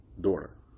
daughter